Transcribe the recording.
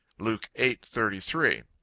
luke eight thirty three.